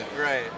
Right